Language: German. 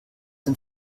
den